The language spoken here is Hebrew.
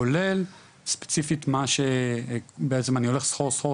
כולל ספציפית מה שבעצם אני הולך סחור סחור